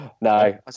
No